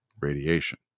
radiation